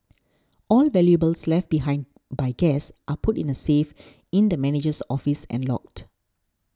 all valuables left behind by guests are put in the safe in the manager's office and logged